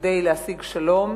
כדי להשיג שלום,